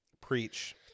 Preach